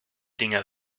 dinger